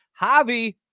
Javi